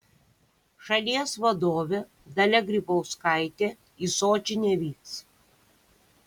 šalies vadovė dalia grybauskaitė į sočį nevyks